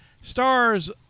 Stars